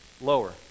Lower